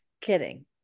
kidding